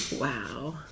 Wow